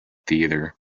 theater